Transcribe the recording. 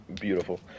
beautiful